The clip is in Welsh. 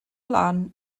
lan